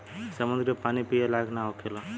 समुंद्र के पानी पिए लायक ना होखेला